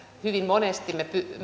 hyvin monesti